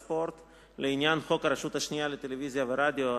התרבות והספורט לעניין חוק הרשות השנייה לטלוויזיה ורדיו,